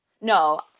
No